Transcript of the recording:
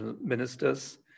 ministers